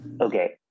Okay